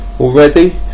already